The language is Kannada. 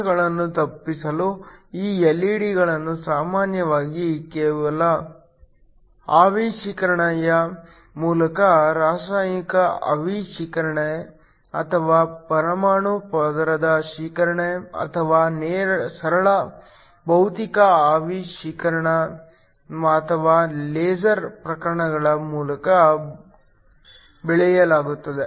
ದೋಷಗಳನ್ನು ತಪ್ಪಿಸಲು ಈ ಎಲ್ಇಡಿಗಳನ್ನು ಸಾಮಾನ್ಯವಾಗಿ ಕೆಲವು ಆವಿ ಶೇಖರಣೆಯ ಮೂಲಕ ರಾಸಾಯನಿಕ ಆವಿ ಶೇಖರಣೆ ಅಥವಾ ಪರಮಾಣು ಪದರದ ಶೇಖರಣೆ ಅಥವಾ ಸರಳ ಭೌತಿಕ ಆವಿ ಶೇಖರಣೆ ಅಥವಾ ಲೇಸರ್ ಪ್ರಕ್ರಿಯೆಗಳ ಮೂಲಕ ಬೆಳೆಯಲಾಗುತ್ತದೆ